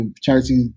Charity